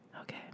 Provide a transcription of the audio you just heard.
Okay